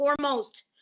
foremost